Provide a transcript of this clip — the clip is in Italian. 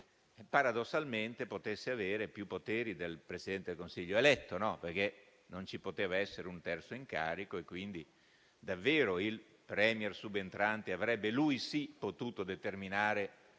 paradossalmente potesse avere più poteri del Presidente del Consiglio eletto; non ci poteva essere un terzo incarico e quindi davvero il *Premier* subentrante avrebbe - lui sì - potuto determinare